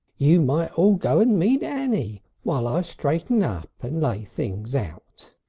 you might all go and meet annie while i straighten up, and lay things out.